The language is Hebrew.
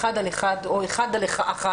או אחת על אחד,